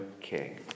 king